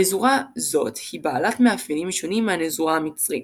נזורה זאת היא בעלת מאפיינים שונים מהנזורה המצרית.